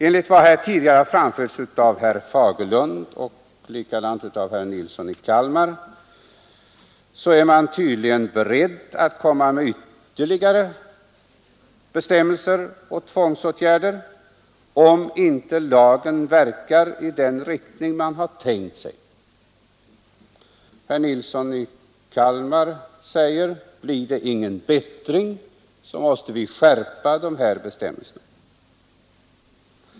Enligt vad som här tidigare har anförts av herr Fagerlund och herr Nilsson i Kalmar är man tydligen beredd att komma med ytterligare bestämmelser och tvångsåtgärder, om inte lagen verkar i den riktning man har tänkt. Herr Nilsson i Kalmar säger: Blir det ingen bättring, måste vi skärpa bestämmelserna.